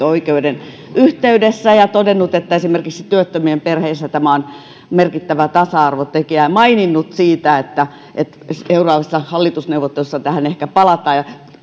oikeuden yhteydessä ja hän on todennut että esimerkiksi työttömien perheissä tämä on merkittävä tasa arvotekijä ja on maininnut siitä että että seuraavissa hallitusneuvotteluissa tähän ehkä palataan